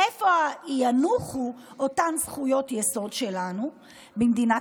איפה ינוחו אותן זכויות יסוד שלנו במדינת